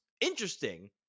interesting